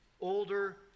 older